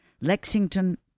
Lexington